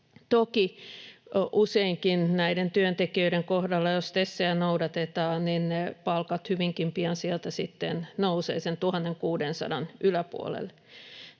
Toki useinkin näiden työntekijöiden kohdalla, jos TESejä noudatetaan, ne palkat hyvinkin pian sieltä nousevat sen 1 600:n yläpuolelle.